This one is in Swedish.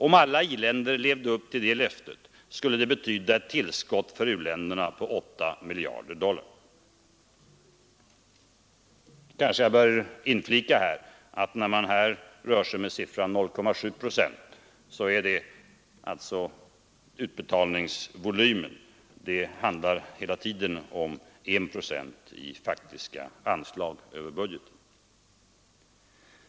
Om alla i-länder levde upp till det löftet skulle det betyda ett tillskott för u-länderna på 8 miljarder dollar.” Kanske jag bör inflika att när man här rör sig med siffran 0,7 procent är det alltså frågan om utbetalningsvolymen. Det handlar hela tiden om 1 procent av faktiska anslag över budgeten.